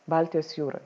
baltijos jūroj